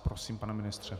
Prosím, pane ministře.